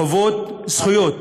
חובות, זכויות.